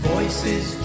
Voices